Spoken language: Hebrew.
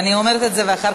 גברתי,